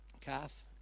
calf